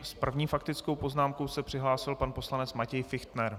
S první faktickou poznámkou se přihlásil pan poslanec Matěj Fichtner.